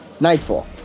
nightfall